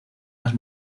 las